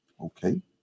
okay